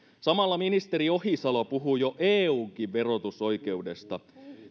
samalla ministeri ohisalo puhuu jo eunkin verotusoikeudesta